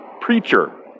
Preacher